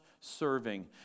serving